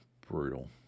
Brutal